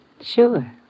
Sure